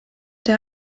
der